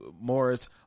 Morris